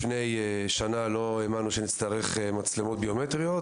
לפני שנה לא האמנו שנצטרך מצלמות ביומטריות,